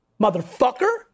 Motherfucker